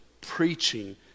preaching